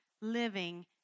living